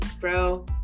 bro